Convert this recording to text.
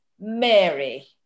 Mary